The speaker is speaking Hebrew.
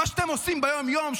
מה שאתם עושים ביום-יום,